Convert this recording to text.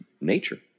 nature